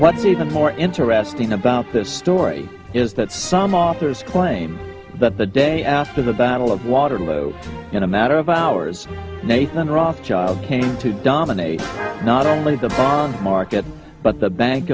what's even more interesting about this story is that some authors claim that the day after the battle of waterloo in a matter of hours nathan rothschild came to dominate not only the bond market but the bank